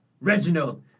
Reginald